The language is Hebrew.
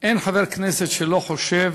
אין חבר כנסת שלא חושב